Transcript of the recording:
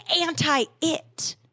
anti-it